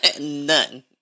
none